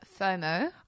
FOMO